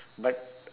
but